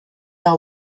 are